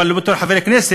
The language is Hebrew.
אבל לא בתור חבר כנסת,